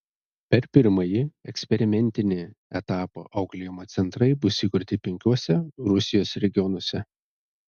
per pirmąjį eksperimentinį etapą auklėjimo centrai bus įkurti penkiuose rusijos regionuose